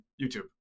YouTube